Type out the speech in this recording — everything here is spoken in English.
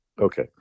okay